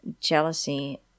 jealousy